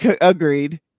agreed